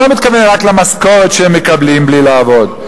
אני לא מתכוון רק למשכורת שהם מקבלים בלי לעבוד,